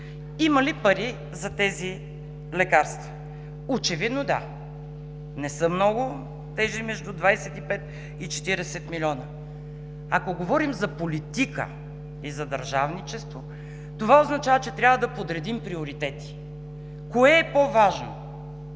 Има ли пари за тези лекарства? Очевидно, да! Не са много – тези между 25 и 40 млн.лв. Ако говорим за политика и за държавничество, това означава, че трябва да подредим приоритетите. Кое е по-важно